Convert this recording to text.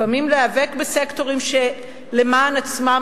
לפעמים להיאבק בסקטורים שלמען עצמם